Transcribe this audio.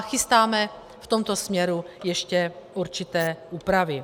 Chystáme v tomto směru ještě určité úpravy.